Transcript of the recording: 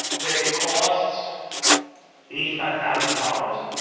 that it costs eighty five thousand dollars